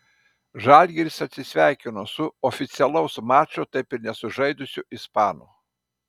žalgiris atsisveikino su oficialaus mačo taip ir nesužaidusiu ispanu